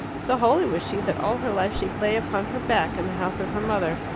so holy was she that all her life she lay upon her back in the house of her mother,